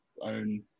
own